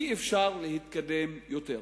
אי-אפשר להתקדם יותר.